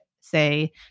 say